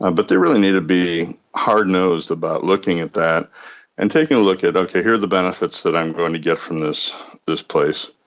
but they really need to be hard-nosed about looking at that and taking a look at, okay, here are the benefits that i'm going to get from this this place,